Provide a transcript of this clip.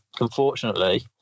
unfortunately